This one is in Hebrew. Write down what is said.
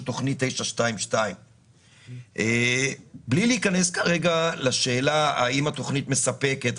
תכנית 922. בלי להיכנס כרגע לשאלה האם התכנית הזאת מספקת,